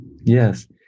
yes